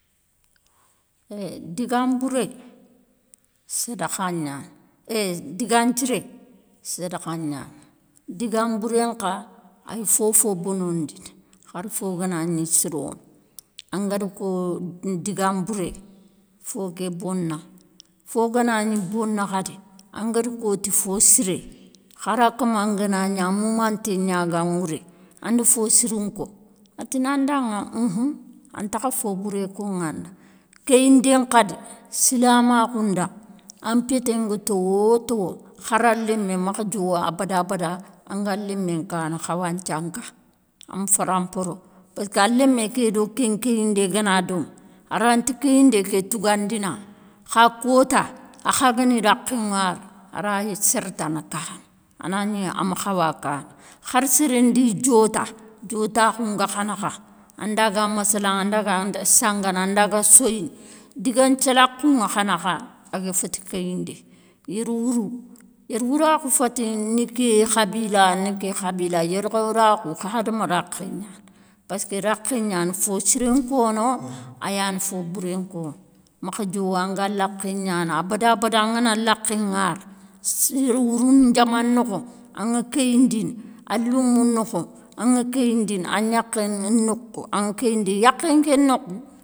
digan bouré sadakha niane digan nthiré sadakha niane. Digan bouré nkha aye fofo bonondine xare fo ganagni sirone. An guére ko digan bouré fo ké bona. Fo ga na gni bone khade an guére ko ti fo siré, khare a kama nga na gni a moumanté nia gan ŋouré, an de fo sirou nko, a tine an danŋa uhun, an takha fo fouré koŋe an da. Kéyindé nkhadi silamakhou nda, an pété nga towo towo khare an lémé makhe diowo abada bada an gan lémé nkane khawanthian ka. A me faramporo, paske an lémé ké do ké nkéyindé ga na dome, a rante kéyindé ké tougandine anŋe, kha kota a kha ga ni raké ŋare a raye sére tane kane, a gni a me xawe a kane. hare séré ndi diota, diotakhou nga kha nakha, an da ga maslanŋe; an da ga sangane, an da ga soyine, digan thialakou ŋa kha nakha a ga féti kéyindé. Yérewourou yérewourakhou féti ni ké khabila ni ké khabila, yérewourakhou hadame rakhé niane. Paske rakhé niane fo siré nkono a yane fo bouré nkone. Makhe diowo an gan lakhé niane abada bada an ga nan lakhé ŋare, yérewourou ndiama nokho an ŋa kéyindine, an lémou nokho an ŋa kéyindine, an niakhé nokou an kéyindi. Yakhé nké nokou